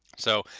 so,